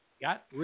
got